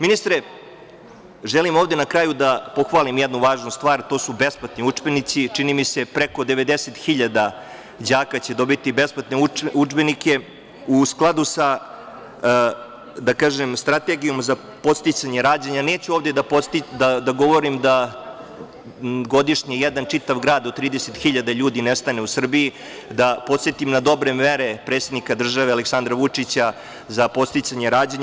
Ministre, želim na kraju da pohvalim jednu važnu stvar, to su besplatni udžbenici, čini mi se preko 90.000 đaka će dobiti besplatne udžbenike, u skladu sa, da kažem, strategijom za podsticanje rađanja, neću ovde da govorim da godišnje jedan čitav grad od 30.000 ljudi nestane u Srbiji, da podsetim na dobre mere predsednika države Aleksandra Vučića, za podsticanje rađanja.